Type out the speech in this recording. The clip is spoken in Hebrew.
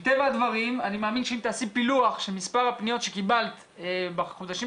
מטבע הדברים אני מאמין שאם תעשי פילוח של מספר הפניות שקיבלת בחודשים